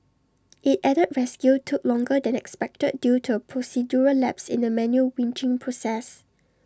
IT added rescue took longer than expected due to A procedural lapse in the manual winching process